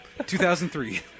2003